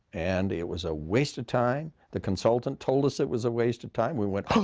and it was a waste of time. the consultant told us it was a waste of time. we went ah